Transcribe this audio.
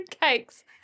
cakes